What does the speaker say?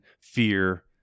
fear